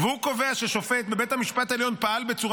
שקובע ששופט בבית המשפט העליון פעל בצורה